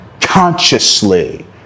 consciously